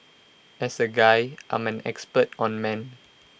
as A guy I'm an expert on men